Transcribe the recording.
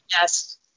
Yes